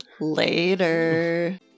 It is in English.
Later